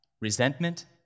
resentment